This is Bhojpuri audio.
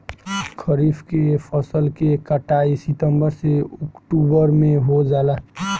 खरीफ के फसल के कटाई सितंबर से ओक्टुबर में हो जाला